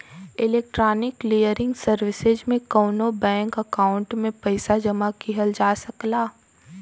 electronic clearing services में कउनो bank account में पइसा जमा किहल जा सकला